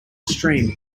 stream